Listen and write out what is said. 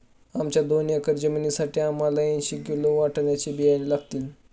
आमच्या दोन एकर जमिनीसाठी आम्हाला ऐंशी किलो वाटाण्याचे बियाणे लागतील